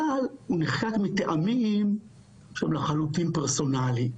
אבל הוא נחקק מטעמים שהם לחלוטין פרסונליים.